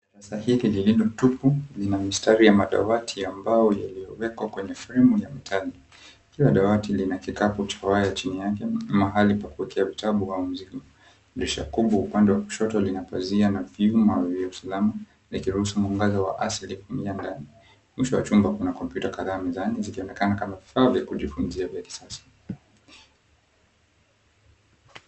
Darasa hili lililo tupu lina mistari ya madawati ambayo yaliyowekwa kwenye fremu ya mti. Kila dawati lina kikapo cha waya chini yake mahali pa kuwekea vitabu au mzigo. Dirisha kubwa upande wa kushoto linapazia na vyuma vya usalama likiruhusu mwangaza wa asili kuingia ndani. Mwisho wa chumba kuna kompyuta kadhaa mezani zikionekana kama vifaa vya kujifunzia vya kisasa.